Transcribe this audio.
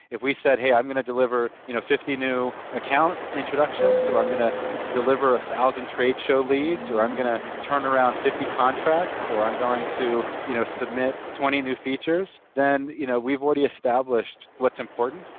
if we said, hey, i'm going to deliver you know fifty new account introductions, or i'm going to deliver one ah thousand tradeshow leads or i'm going to turn around fifty contracts or i'm going to you know submit twenty new features, then you know we've already established what's important.